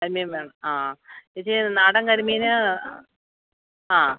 കരിമീൻ വേണം ആ ചേച്ചി നാടൻ കരിമീൻ ആ